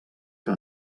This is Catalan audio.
que